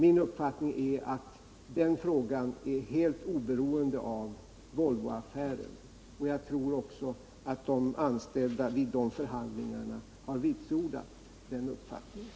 Min uppfattning är att den frågan är helt oberoende av Volvoaffären. Jag tror också att de anställda har vitsordat den uppfattningen vid förhandlingarna.